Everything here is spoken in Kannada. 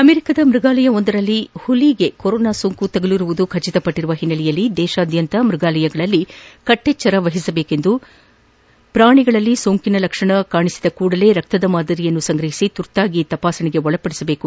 ಅಮೆರಿಕದ ಮೃಗಾಲಯವೊಂದರಲ್ಲಿ ಹುಲಿಗೆ ಕೊರೋನಾ ಸೋಂಕು ತಗುಲಿರುವುದು ಖಚಿತಪಟ್ಟರುವ ಹಿನ್ನೆಲೆಯಲ್ಲಿ ದೇಶಾದ್ಯಂತ ಮ್ಯಗಾಲಯಗಳಲ್ಲಿ ಕಟ್ಲೆಚ್ಲರ ವಹಿಸಬೇಕೆಂದು ಪ್ರಾಣಿಗಳಲ್ಲಿ ಸೋಂಕಿನ ಲಕ್ಷಣ ಕಾಣಿಸಿದ ಕೂಡಲೇ ರಕ್ತದ ಮಾದರಿಯನ್ನು ಸಂಗ್ರಹಿಸಿ ತುರ್ತಾಗಿ ತಪಾಸಣೆಗೆ ಒಳಪಡಿಸಬೇಕು